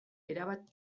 erabat